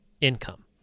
income